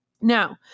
Now